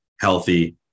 healthy